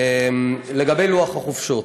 לגבי לוח החופשות,